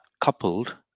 coupled